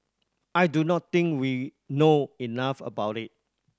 I do not think we know enough about it